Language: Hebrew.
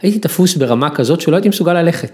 הייתי תפוס ברמה כזאת שלא הייתי מסוגל ללכת.